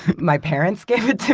my parents gave it to